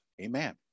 amen